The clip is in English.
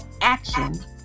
action